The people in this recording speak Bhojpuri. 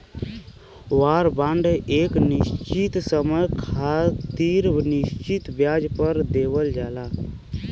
वार बांड एक निश्चित समय खातिर निश्चित ब्याज दर पर देवल जाला